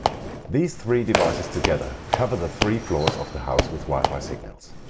these three devices together cover the three floors of the house with wi-fi signals.